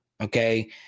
Okay